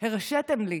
שהרשיתם לי